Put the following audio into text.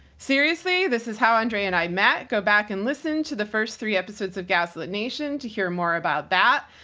seriously, this is how andrea and i met. go back and listen to the first three episodes of gaslit nation to hear more about that.